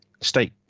state